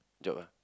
job ah